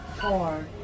four